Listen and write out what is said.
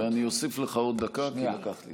ואני אוסיף לך עוד דקה, כי לקחתי לך.